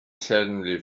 suddenly